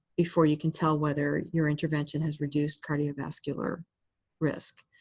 before you can tell whether your intervention has reduced cardiovascular risk.